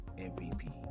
MVP